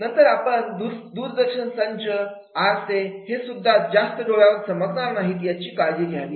नंतर आपण दूरदर्शन संच आरसे हेसुद्धा जास्त डोळ्यावर चमकणार नाहीत याची काळजी घ्यावी